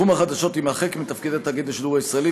תחום החדשות יימחק מתפקידי תאגיד השידור הישראלי